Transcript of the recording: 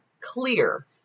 clear